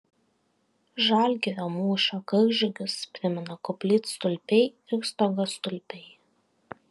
žalgirio mūšio karžygius primena koplytstulpiai ir stogastulpiai